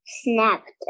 snapped